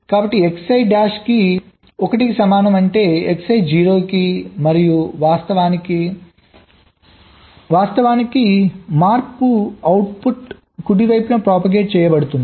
కాబట్టి Xi dash 1 కి సమానం అంటే Xi 0 మరియు వాస్తవానికి మార్పు అవుట్పుట్ కుడి వైపున propagate చేయబడుతుంది